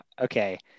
Okay